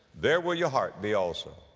there will your heart be also.